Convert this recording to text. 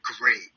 Great